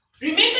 remember